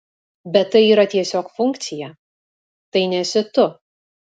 bet tai yra tiesiog funkcija tai nesi tu